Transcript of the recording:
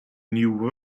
new